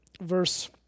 verse